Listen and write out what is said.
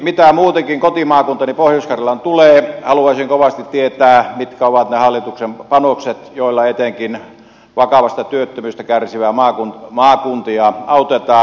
mitä muutenkin kotimaakuntaani pohjois karjalaan tulee haluaisin kovasti tietää mitkä ovat ne hallituksen panokset joilla etenkin vakavasta työttömyydestä kärsiviä maakuntia autetaan